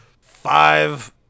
five